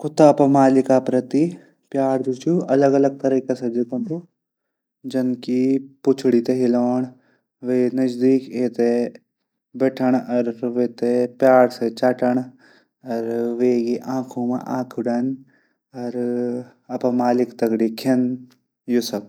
कुता अपडू मालिक प्रति प्यार अलग अलग तरीके से दिखान्दू जनकी पुछडी तै हिलाण वे नजदीक बैठण प्यार से चटण वे आंखो मा आंखा डंल। अपड मालिक दगडी खिन। यू सब।